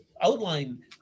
outline